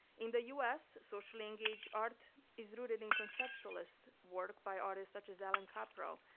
in the us, socially engaged art is rooted in conceptualist work by artists such as allan kaprow.